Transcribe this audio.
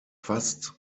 fast